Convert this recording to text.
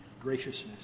graciousness